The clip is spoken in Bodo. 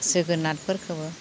जोगोनारफोरखौबो